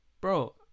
Bro